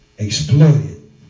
exploited